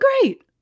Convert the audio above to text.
great